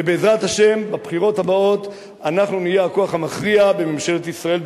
ובעזרת השם בבחירות הבאות אנחנו נהיה הכוח המכריע בממשלת ישראל.